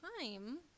time